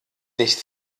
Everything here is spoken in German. nicht